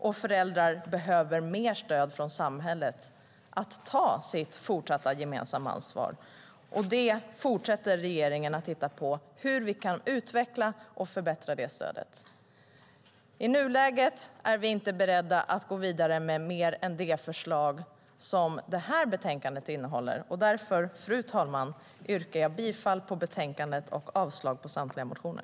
Och föräldrar behöver mer stöd från samhället för att ta sitt fortsatta gemensamma ansvar. Regeringen fortsätter att titta på hur vi kan utveckla och förbättra det stödet. I nuläget är vi inte beredda att gå vidare med mer än det förslag som det här betänkandet innehåller. Därför, fru talman, yrkar jag bifall till utskottets förslag och avslag på samtliga motioner.